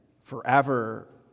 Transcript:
forever